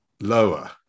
lower